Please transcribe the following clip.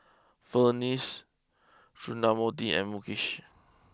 Verghese Sundramoorthy and Mukesh